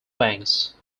banks